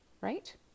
Right